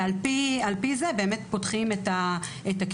ועל פי זה באמת פותחים את הכיתות.